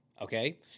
okay